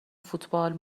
فوتبال